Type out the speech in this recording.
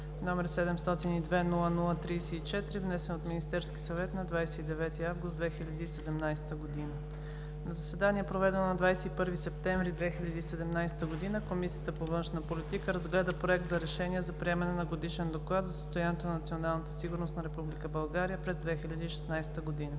г., № 702-00-34, внесен от Министерския съвет на 29 август 2017 г. На заседание, проведено на 21 септември 2017 г., Комисията по външна политика разгледа Проект за решение за приемане на Годишен доклад за състоянието на националната сигурност на Република България през 2016 г.